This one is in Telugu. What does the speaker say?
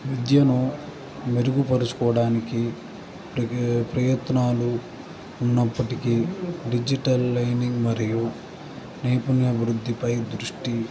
విద్యను మెరుగుపరుచుకోవడానికి ప్ర ప్రయత్నాలు ఉన్నప్పటికి డిజిటల్ లెర్నింగ్ మరియు నైపుణ్యాభివృద్ధిపై దృష్టి